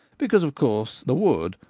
because, of course, the wood,